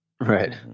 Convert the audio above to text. Right